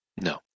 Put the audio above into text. No